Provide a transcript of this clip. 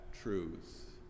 truth